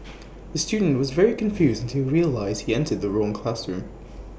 the student was very confused to realised entered the wrong classroom